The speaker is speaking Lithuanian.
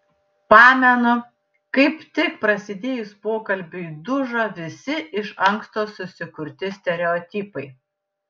pamenu kaip tik prasidėjus pokalbiui dužo visi iš anksto susikurti stereotipai